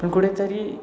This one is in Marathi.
पण कुठेतरी